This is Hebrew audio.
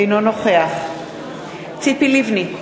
אינו נוכח ציפי לבני,